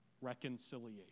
reconciliation